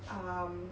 um